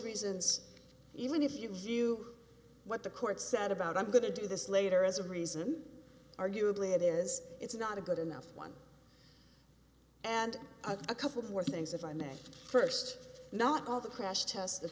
reasons even if you knew what the court said about i'm going to do this later as a reason arguably it is it's not a good enough one and a couple of more things if i may first not all the crash tests the